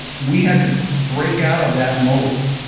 we had to break out of that mold,